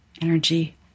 energy